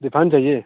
refine चाहिए